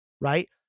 right